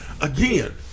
Again